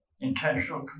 intentional